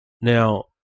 Now